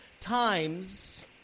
times